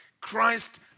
Christ